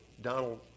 Donald